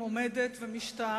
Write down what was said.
עומדת ומשתאה,